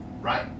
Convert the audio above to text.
right